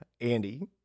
Andy